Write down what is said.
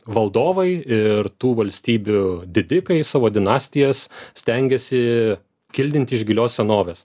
valdovai ir tų valstybių didikai savo dinastijas stengėsi kildint iš gilios senovės